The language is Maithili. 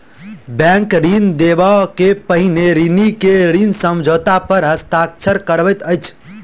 बैंक ऋण देबअ के पहिने ऋणी के ऋण समझौता पर हस्ताक्षर करबैत अछि